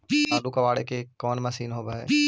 आलू कबाड़े के कोन मशिन होब है?